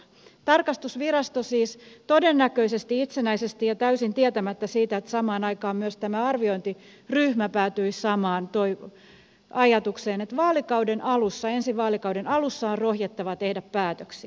tarkastusvirasto siis todennäköisesti itsenäisesti ja täysin tietämättä siitä että samaan aikaan myös arviointiryhmä päätyi samaan ajatukseen päätyi siihen että ensi vaalikauden alussa on rohjettava tehdä päätöksiä